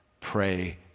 Pray